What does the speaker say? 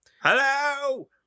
Hello